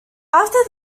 after